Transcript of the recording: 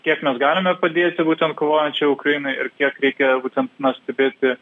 kiek mes galime padėti būtent kovojančiai ukrainai ir kiek reikia būtent na stebėti